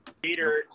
Peter